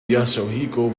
yasuhiko